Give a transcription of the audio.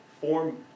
form